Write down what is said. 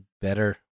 Better